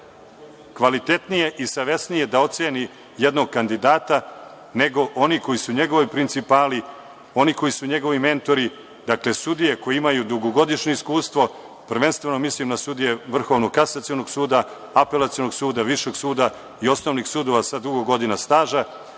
kvalitetnije i savesnije da oceni jednog kandidata, nego oni koji su njegovi principali, oni koji su njegovi mentori, dakle sudije koje imaju dugogodišnje iskustvo, prvenstveno mislim na sudije VKS, Apelacionog suda, Višeg suda i osnovnih sudova sa dugo godina staža